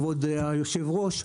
כבוד היושב-ראש,